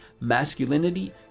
masculinity